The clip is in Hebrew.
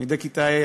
תלמידי כיתה ה',